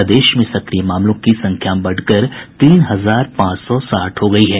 प्रदेश में सक्रिय मामलों की संख्या बढ़कर तीन हजार पांच सौ साठ हो गयी है